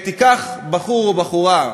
תיקח בחור או בחורה,